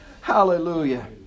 Hallelujah